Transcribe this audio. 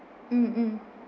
mmhmm